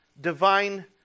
divine